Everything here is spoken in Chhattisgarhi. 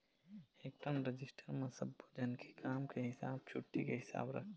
एकठन रजिस्टर म सब्बो झन के काम के हिसाब, छुट्टी के हिसाब राखथे